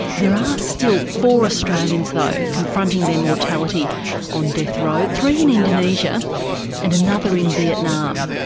there are still four australians, though, confronting their mortality on death row, three in indonesia and another in vietnam.